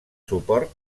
suport